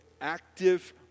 active